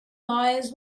lies